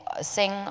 sing